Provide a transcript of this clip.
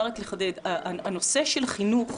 הנושא של חינוך,